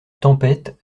tempête